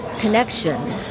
connection